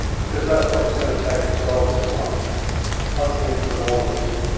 because that's what it's going to take to solve this one something from all of us.